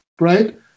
right